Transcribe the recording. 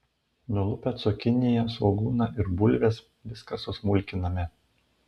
nulupę cukiniją svogūną ir bulves viską susmulkiname